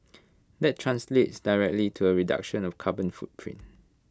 that translates directly to A reduction of carbon footprint